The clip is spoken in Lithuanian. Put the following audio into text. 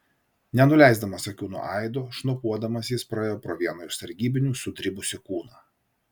nenuleisdamas akių nuo aido šnopuodamas jis praėjo pro vieno iš sargybinių sudribusį kūną